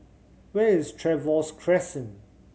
where is Trevose Crescent